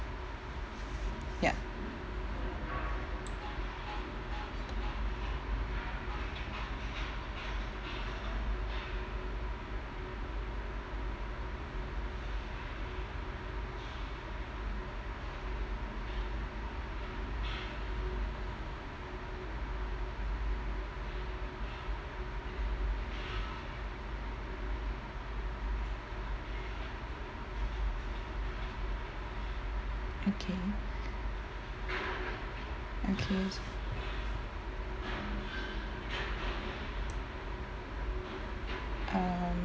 ya okay okays um